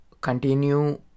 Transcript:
continue